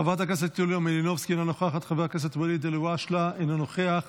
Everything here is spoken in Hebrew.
חברת הכנסת יוליה מלינובסקי, אינה נוכחת,